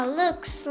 looks